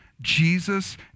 Jesus